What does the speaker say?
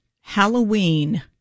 Halloween